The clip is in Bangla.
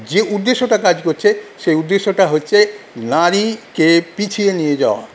যে উদ্দেশ্যটা কাজ করছে সেই উদ্দেশ্যটা হচ্ছে নারীকে পিছিয়ে নিয়ে যাওয়া